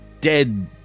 dead